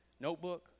notebook